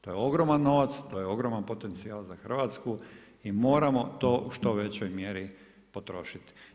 To je ogroman novac, to je ogroman potencijal za Hrvatsku i moramo to u što većoj mjeri potrošiti.